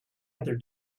other